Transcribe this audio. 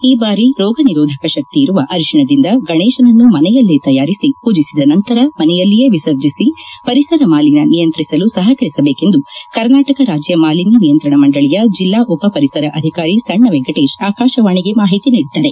ಈ ಬಾರಿ ರೋಗ ನಿರೋಧಕ ಶಕ್ತಿ ಇರುವ ಅರಿಶಿಣದಿಂದ ಗಣೇಶನನ್ನು ಮನೆಯಲ್ಲೇ ತಯಾರಿಸಿ ಪೂಜಿಸಿದ ನಂತರ ಮನೆಯಲ್ಲಿಯೇ ವಿಸರ್ಜಿಸಿ ಪರಿಸರ ಮಾಲಿನ್ಯ ನಿಯಂತ್ರಿಸಲು ಸಹಕರಿಸಬೇಕೆಂದು ಕರ್ನಾಟಕ ರಾಜ್ಯ ಮಾಲಿನ್ಯ ನಿಯಂತ್ರಣ ಮಂಡಳಿಯ ಜಿಲ್ಲಾ ಉಪ ಪರಿಸರ ಅಧಿಕಾರಿ ಸಣ್ಣ ವೆಂಕಟೇಶ್ ಆಕಾಶವಾಣಿಗೆ ಮಾಹಿತಿ ನೀಡಿದ್ದಾರೆ